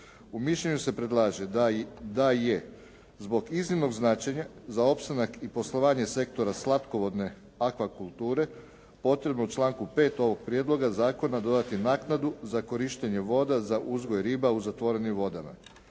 U mišljenju se predlaže da je zbog iznimnog značenja za opstanak i poslovanje Sektora slatkovodne aqua kulture potrebno u članku 5. ovog prijedloga zakona dodati naknadu za korištenje voda za uzgoj riba u zatvorenim vodama.